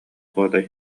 уодай